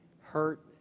hurt